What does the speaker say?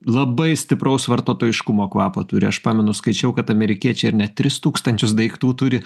labai stipraus vartotojiškumo kvapo turi aš pamenu skaičiau kad amerikiečiai ar ne tris tūkstančius daiktų turi